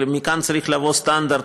ומכאן צריך לבוא סטנדרט,